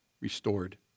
restored